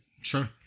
Sure